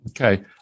Okay